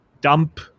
dump